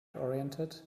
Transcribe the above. oriented